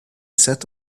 sat